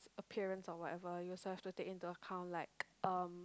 appearance or whatever you also have to take into account like um